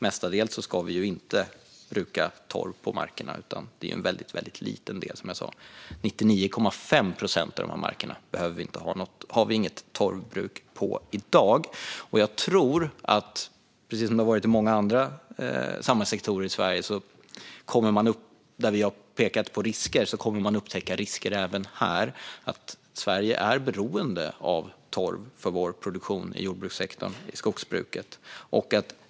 Mestadels ska man ju inte bruka torv på markerna, utan det handlar om en väldigt liten del. På 99,5 procent av dessa marker finns det inget torvbruk i dag, och jag tror att man kommer att upptäcka risker även här - precis som i många andra samhällssektorer i Sverige där vi har pekat på risker. Sverige är beroende av torv för produktionen i jordbrukssektorn och i skogsbruket.